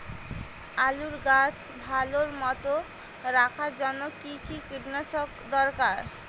আলুর গাছ ভালো মতো রাখার জন্য কী কী কীটনাশক দরকার?